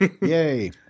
Yay